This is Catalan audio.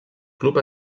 club